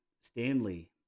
Stanley